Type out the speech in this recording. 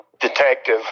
detective